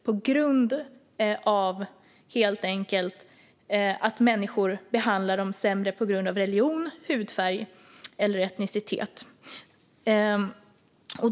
Det handlar om att människor behandlar dem sämre på grund av religion, hudfärg eller etnicitet.